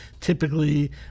typically